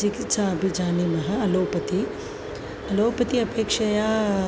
चिकित्सापि जानीमः allopathy allopathy अपेक्षया